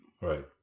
right